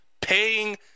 paying